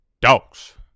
dogs